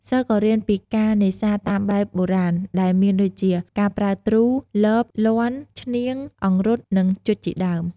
សិស្សក៏៏រៀនពីការនេសាទតាមបែបបុរាណដែលមានដូចជា ការប្រើទ្រូ លប លាន់ ឈ្នាង អង្រុត និង ជុចជាដើម។